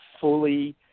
fully